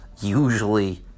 usually